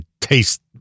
taste